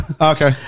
Okay